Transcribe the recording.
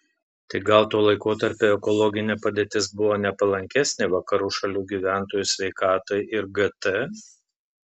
tai gal to laikotarpio ekologinė padėtis buvo nepalankesnė vakarų šalių gyventojų sveikatai ir gt